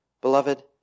Beloved